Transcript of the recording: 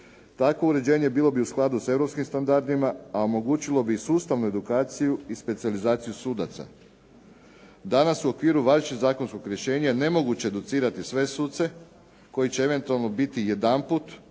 Takvo uređenje bilo bi u skladu sa europskim standardima, a omogućilo bi i sustavnu edukaciju i specijalizaciju sudaca. Danas u okviru važećeg zakonskog rješenja nemoguće je educirati sve suce koji će eventualno biti jedanput,